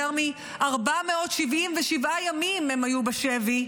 יותר מ-477 ימים הם היו בשבי.